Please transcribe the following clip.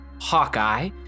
Hawkeye